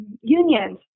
Unions